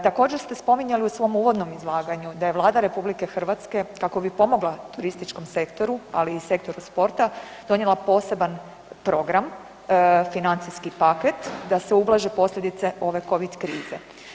Također ste spominjali u svom uvodnom izlaganju da je Vlada RH kako bi pomogla turističkom sektoru, ali i sektoru sporta, donijela poseban program, financijski paket da se ublaže posljedice ove covid krize.